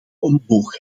omhoog